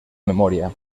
memoria